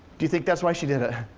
do you think that's why she did it?